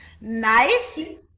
Nice